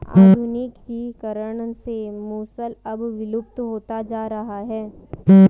आधुनिकीकरण से मूसल अब विलुप्त होता जा रहा है